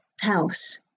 house